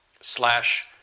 slash